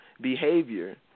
behavior